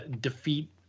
defeat –